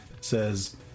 says